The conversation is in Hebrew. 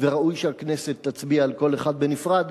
וראוי שהכנסת תצביע על כל אחד בנפרד.